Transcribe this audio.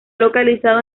localizado